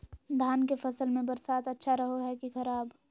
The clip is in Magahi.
धान के फसल में बरसात अच्छा रहो है कि खराब?